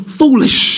foolish